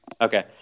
Okay